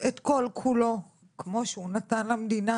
את כל כולו, כמו שהוא נתן למדינה.